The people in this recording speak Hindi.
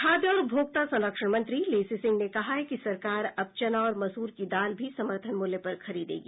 खाद्य और उपभोक्ता संरक्षण मंत्री लेसी सिंह ने कहा है कि सरकार अब चना और मसूर की दाल भी समर्थन मूल्य पर खरीदेगी